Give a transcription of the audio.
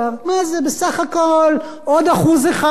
בסך הכול עוד 1% ממע"מ,